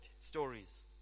stories